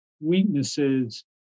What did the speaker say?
weaknesses